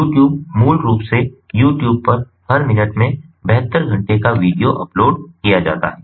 YouTube मूल रूप से YouTube पर हर मिनट में 72 घंटे का वीडियो अपलोड किया जाता है